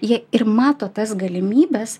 jie ir mato tas galimybes